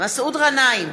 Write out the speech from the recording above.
מסעוד גנאים,